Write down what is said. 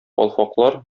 калфаклар